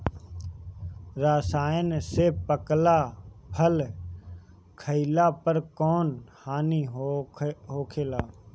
रसायन से पकावल फल खइला पर कौन हानि होखेला?